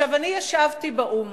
ישבתי באו"ם